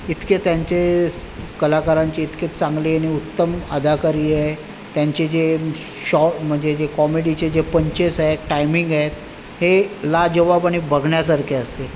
इतके त्यांचे कलाकारांची इतके चांगली आणि उत्तम अदाकारी आहे त्यांचे जे शॉ म्हणजे जे कॉमेडीचे जे पंचेस आहे टायमिंग आहेत हे लाजवाब आणि बघण्यासारखे असते